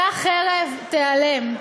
אותה חרב תיעלם.